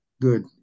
good